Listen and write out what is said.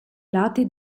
lati